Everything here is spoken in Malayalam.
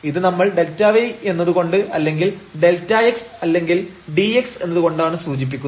ഇത് നമ്മൾ Δy എന്നതു കൊണ്ട് അല്ലെങ്കിൽ Δx അല്ലെങ്കിൽ dx എന്നതുകൊണ്ടാണ് സൂചിപ്പിച്ചത്